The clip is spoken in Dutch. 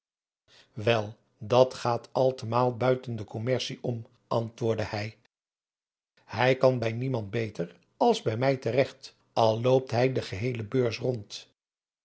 wel dat gaat al te maal buiten de commercie om antwoordde hij hij kan bij niemand beter als bij mij te regt al loopt hij de geheele beurs rond